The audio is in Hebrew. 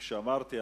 כפי שאמרתי,